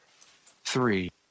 Three